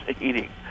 eating